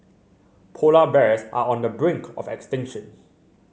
polar bears are on the brink of extinction